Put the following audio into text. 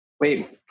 Wait